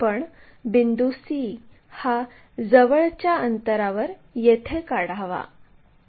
पण बिंदू c हा जवळच्या अंतरावर येथे काढावा